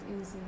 easy